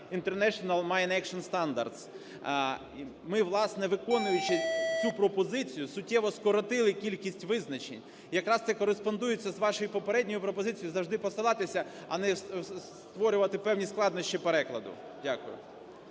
International Mine Action Standards. Ми, власне, виконуючи цю пропозицію, суттєво скоротили кількість визначень. Якраз це кореспондується з вашою попередньою пропозицією – завжди посилатися, а не створювати певні складнощі перекладу. Дякую.